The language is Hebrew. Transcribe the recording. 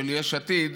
של יש עתיד,